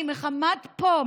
איך עמד פה,